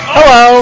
Hello